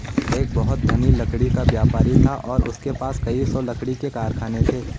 एक बहुत धनी लकड़ी का व्यापारी था और उसके पास कई सौ लकड़ी के कारखाने थे